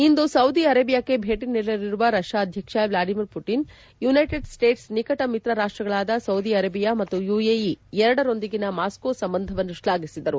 ಇಂದು Saudi ಅರೇಬಿಯಾಕ್ಕೆ ಭೇಟಿ ನೀಡಲಿರುವ ರಷ್ಯಾ ಅಧ್ಯಕ್ಷ ವ್ಲಾಡಿಮಿರ್ ಪುಟಿನ್ ಯುನೈಟೆಡ್ ಸ್ಸೇಟ್ಸ್ ನಿಕಟ ಮಿತ್ರರಾಷ್ಟಗಳಾದ ಸೌದಿ ಅರೇಬಿಯಾ ಮತ್ತು ಯುಎಇ ಎರಡರೊಂದಿಗಿನ ಮಾಸ್ನೋದ ಸಂಬಂಧವನ್ನು ಶ್ಲಾಘಿಸಿದರು